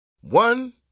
One